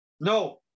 No